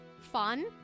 fun